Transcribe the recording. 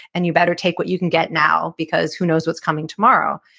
and you better take what you can get now because who knows what's coming tomorrow.